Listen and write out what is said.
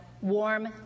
warm